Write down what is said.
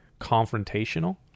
confrontational